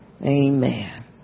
Amen